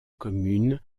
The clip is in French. communes